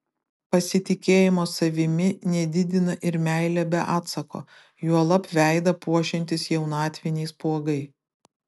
pasitikėjimo savimi nedidina ir meilė be atsako juolab veidą puošiantys jaunatviniai spuogai